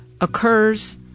occurs